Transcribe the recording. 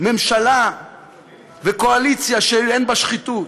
ממשלה וקואליציה שאין בהן שחיתות,